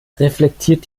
reflektiert